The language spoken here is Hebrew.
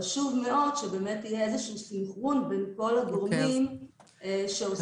חשוב שיהיה סנכרון בין כל הגורמים שעוסקים בזה.